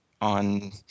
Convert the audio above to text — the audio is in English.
on